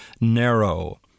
narrow